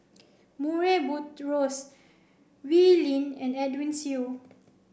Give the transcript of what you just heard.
Murray Buttrose Wee Lin and Edwin Siew